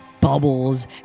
bubbles